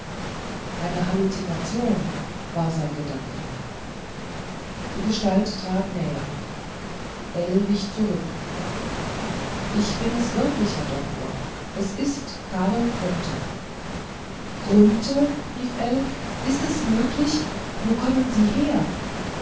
eine halluzination war sein gedanke die gestalt trat näher ell wich zurück ich bin es wirklich herr doktor es ist karl grunthe grunthe rief ell ist es möglich wo kommen sie her